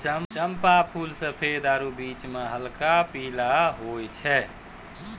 चंपा फूल सफेद आरु बीच मह हल्क पीला होय छै